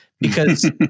because-